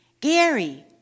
Gary